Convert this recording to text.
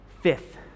Fifth